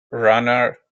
runner